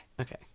Okay